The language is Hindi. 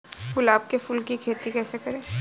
गुलाब के फूल की खेती कैसे करें?